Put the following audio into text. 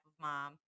mom